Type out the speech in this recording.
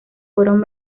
fueron